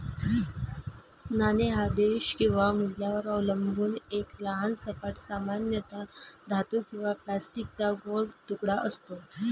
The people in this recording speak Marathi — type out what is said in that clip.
नाणे हा देश किंवा मूल्यावर अवलंबून एक लहान सपाट, सामान्यतः धातू किंवा प्लास्टिकचा गोल तुकडा असतो